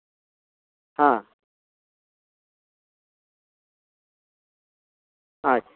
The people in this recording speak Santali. ᱦᱮᱸ ᱟᱪᱪᱷᱟ